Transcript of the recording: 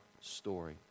story